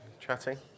chatting